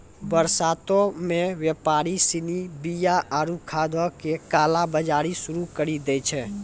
बरसातो मे व्यापारि सिनी बीया आरु खादो के काला बजारी शुरू करि दै छै